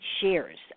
shares